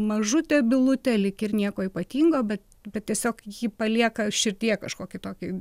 mažutė bylutė lyg ir nieko ypatingo bet bet tiesiog ji palieka širdyje kažkokį tokį